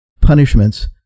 punishments